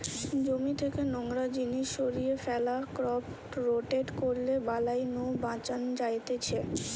জমি থেকে নোংরা জিনিস সরিয়ে ফ্যালা, ক্রপ রোটেট করলে বালাই নু বাঁচান যায়তিছে